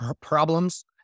problems